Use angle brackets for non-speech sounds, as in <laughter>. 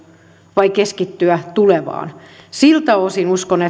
vai keskittyä tulevaan siltä osin uskon <unintelligible>